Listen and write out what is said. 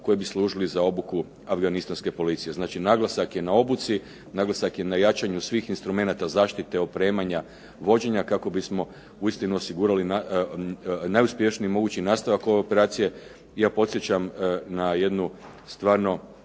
koji bi služili za obuku afganistanske policije. Znači, naglasak je na obuci, naglasak je na jačanju svih instrumenata zaštite, opremanja, vođenja kako bismo uistinu osigurali najuspješniji mogući nastavak ove operacije. I ja podsjećam na jednu stvarno